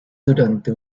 durante